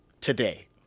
Today